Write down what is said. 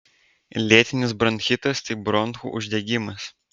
lėtinis bronchitas tai bronchų uždegimas